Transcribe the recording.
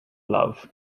love